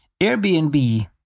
Airbnb